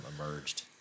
emerged